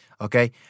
Okay